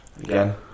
again